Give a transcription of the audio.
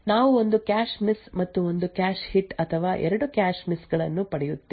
ನಾವು ಒಂದು cache miss ಮತ್ತು ಒಂದು ಕ್ಯಾಶ್ ಹಿಟ್ ಅಥವಾ ಎರಡು ಕ್ಯಾಶ್ ಮಿಸ್ ಗಳನ್ನು ಪಡೆಯುತ್ತೇವೆ